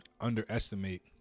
underestimate